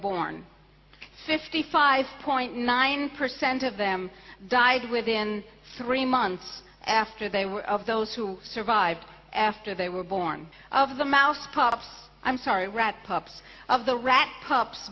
born fifty five point nine percent of them died within three months after they were of those who survived after they were born of the mouse pups i'm sorry rat pups of the rat pups